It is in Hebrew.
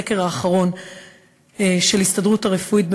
בסקר האחרון של ההסתדרות הרפואית,